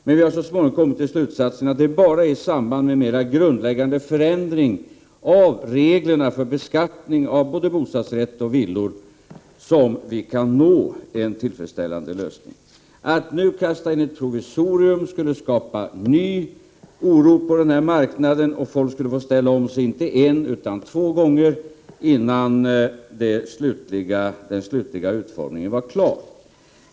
Men vi har så småningom kommit till slutsatsen att det bara är i samband med en mer grundläggande förändring av reglerna för beskattning av både bostadsrätter och villor som vi kan nå en tillfredsställande lösning. Att nu kasta in ett provisorium skulle skapa ny oro på denna marknad, och folk skulle få ställa om sig inte bara en utan två gånger innan den slutliga utformningen var klar.